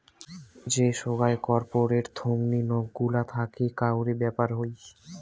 যে সোগায় কর্পোরেট থোঙনি নক গুলা থাকি কাউরি ব্যাপার হই